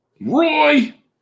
Roy